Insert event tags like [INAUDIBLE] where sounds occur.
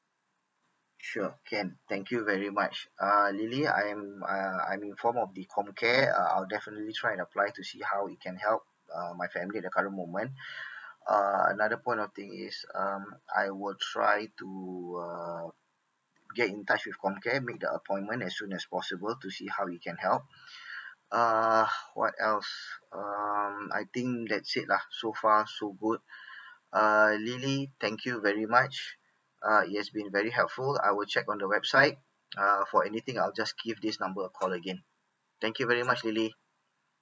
sure can thank you very much uh lily I am ah I am inform of the COMCARE uh I'll definitely try and apply to see how it can help uh my family in the current moment [BREATH] uh another point of thing is um I will try to uh get in touch with COMCARE make the appointment as soon as possible to see how it can help [BREATH] uh what else um I think that's it lah so far so good [BREATH] uh lily thank you very much uh it has been very helpful I will check on the website uh for anything I'll just give this number a call again thank you very much lily